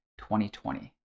2020